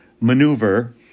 maneuver